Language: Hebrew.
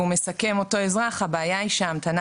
אותו אזרח מסכם: "הבעיה היא שההמתנה